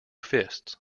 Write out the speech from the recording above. fists